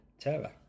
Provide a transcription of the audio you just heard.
Terra